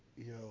Yo